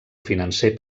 financer